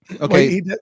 Okay